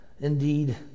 indeed